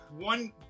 one